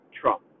Trump